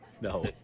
No